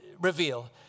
reveal